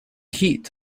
heat